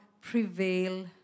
prevail